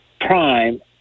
prime